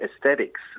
aesthetics